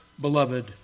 beloved